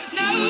no